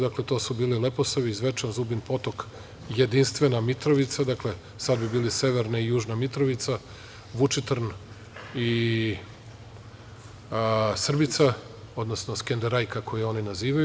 Dakle, to su bili: Leposavić, Zvečan, Zubin Potok, jedinstvena Mitrovica, dakle, sada bi bili severna i južna Mitrovica, Vučitrn i Srbica, odnosno „Skenderajka“ koju oni nazivaju.